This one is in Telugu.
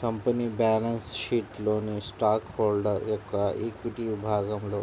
కంపెనీ బ్యాలెన్స్ షీట్లోని స్టాక్ హోల్డర్ యొక్క ఈక్విటీ విభాగంలో